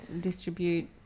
distribute